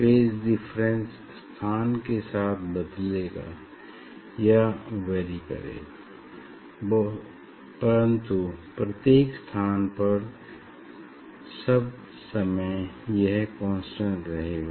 phase difference स्थान के साथ बदलेगा या वैरी करेगा परन्तु प्रत्येक स्थान पर सब समय यह कांस्टेंट रहेगा